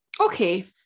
Okay